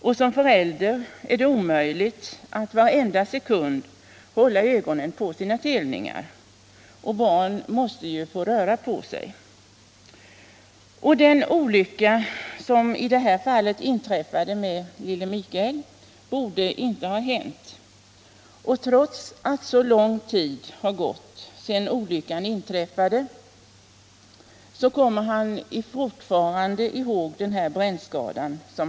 För en förälder är det omöjligt att varenda sekund hålla ögonen på sina telningar, och barn måste ju få röra på sig. Den olycka som i detta fall drabbade lille Mikael borde inte ha hänt. Trots att så lång tid har förflutit sedan olyckan inträffade, kommer han fortfarande ihåg den här brännskadan.